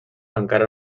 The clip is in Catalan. encara